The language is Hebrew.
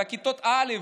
על כיתות א',